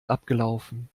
abgelaufen